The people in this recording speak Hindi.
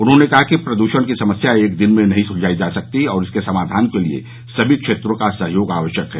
उन्होंने कहा कि प्रदूषण की समस्या एक दिन में नहीं सुलझाई जा सकती और इसके समाधान के लिए सभी क्षेत्रों का सहयोग आवश्यक है